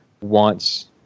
wants